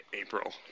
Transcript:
April